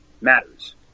matters